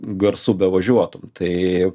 garsu bevažiuotum tai